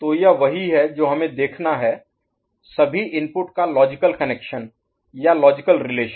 तो यह वही है जो हमें देखना है सभी इनपुट का लॉजिकल कनेक्शन या लॉजिकल रिलेशन